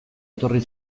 etorri